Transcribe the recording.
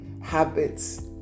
habits